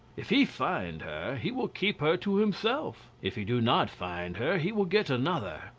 if he find her, he will keep her to himself if he do not find her he will get another.